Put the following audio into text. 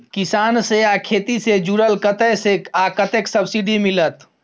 किसान से आ खेती से जुरल कतय से आ कतेक सबसिडी मिलत?